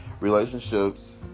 relationships